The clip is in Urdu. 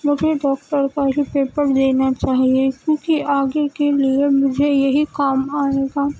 مجھے ڈاکٹر کا ہی پیپر دینا چاہیے کیونکہ آگے کے لیے مجھے یہی کام آئے گا